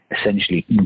essentially